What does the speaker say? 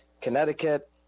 Connecticut